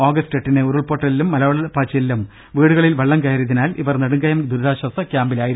ആഗസ്ത് എട്ടിന് ഉരുൾപൊട്ടലിലും മലവെള്ളപ്പാച്ചിലിലും വീടുകളിൽ വെള്ളംകയറിയതിനാൽ ഇവർ നെടുങ്കയം ദുരിതാശ്ചാസ ക്യാമ്പിലായിരുന്നു